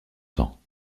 temps